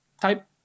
type